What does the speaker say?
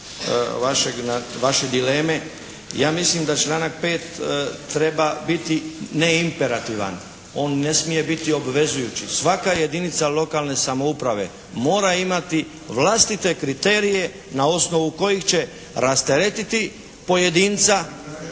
vaše dileme. Ja mislim da članak 5. treba biti ne imperativan. On ne smije biti obvezujući. Svaka jedinica lokalne samouprave mora imati vlastite kriterije na osnovu kojih će rasteretiti pojedinca